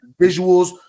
visuals